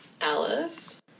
Alice